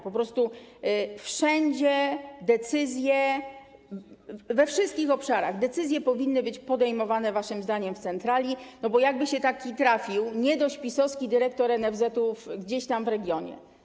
Po prostu wszędzie, we wszystkich obszarach decyzje powinny być podejmowane waszym zdaniem w centrali, no bo jakby się trafił taki nie dość PiS-owski dyrektor NFZ gdzieś tam w regionie.